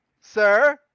sir